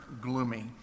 gloomy